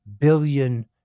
billion